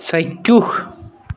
চাক্ষুষ